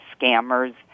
scammers